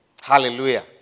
Hallelujah